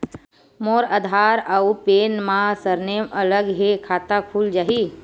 मोर आधार आऊ पैन मा सरनेम अलग हे खाता खुल जहीं?